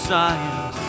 science